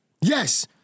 Yes